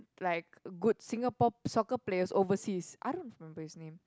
like good Singapore soccer player overseas I don't remember his name